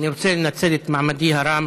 אני רוצה לנצל את מעמדי הרם